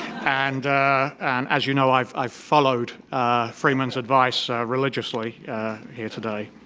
and and as you know, i've i've followed freeman's advice religiously here today.